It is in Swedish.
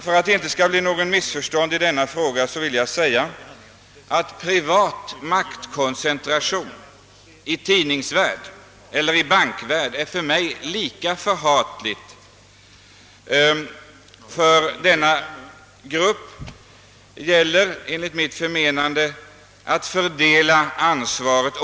För att det inte skall uppstå något missförstånd i denna fråga vill jag framhålla att privat maktkoncentration i tidningsvärld = eller bankvärld är för mig lika förhatlig som koncentration av makten till kommunala och statliga organ.